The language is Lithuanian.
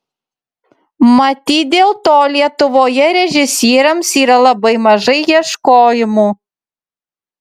matyt dėl to lietuvoje režisieriams yra labai mažai ieškojimų